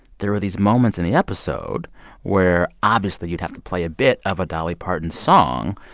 there were these moments in the episode where obviously you'd have to play a bit of a dolly parton song,